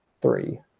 three